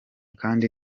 kandi